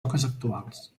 actuals